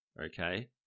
okay